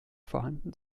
vorhanden